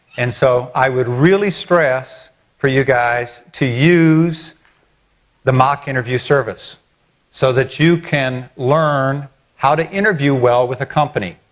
and so i would really stress for you guys to use the mock interview service so that you can learn how to interview well with a company.